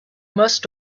must